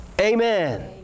amen